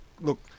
look